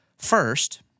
First